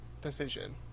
decision